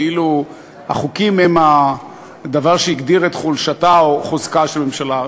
כאילו החוקים הם הדבר שהגדיר את חולשתה או חוזקה של ממשלה.